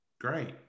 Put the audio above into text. Great